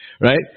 right